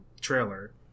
trailer